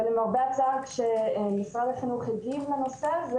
ולמרבה הצער כשמשרד החינוך הגיב לנושא הזה,